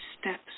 steps